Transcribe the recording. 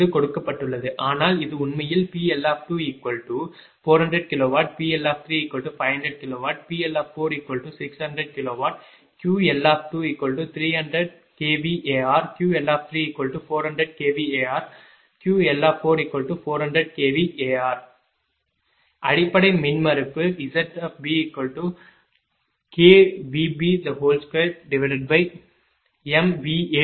இது கொடுக்கப்பட்டுள்ளது ஆனால் இது உண்மையில் PL2400 kWPL3500 kWPL4600 kW QL2300 kVAr QL3400 kVAr QL4400 kVAr அடிப்படை மின்மறுப்பு ZBKVB2MVAB